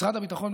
משרד הביטחון,